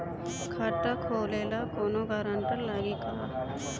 खाता खोले ला कौनो ग्रांटर लागी का?